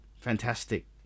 Fantastic